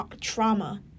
trauma